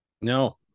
No